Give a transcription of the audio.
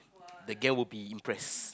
the guy will be impressed